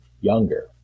younger